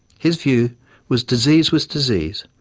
his view was disease was disease,